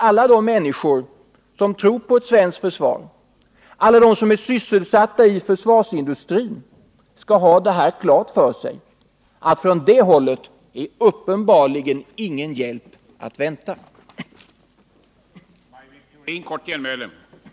Alla de människor som tror på et svenskt försvar och alla som är sysselsatta inom försvaret skall ha klart för sig att det uppenbarligen inte finns någon hjälp att vänta från det hållet.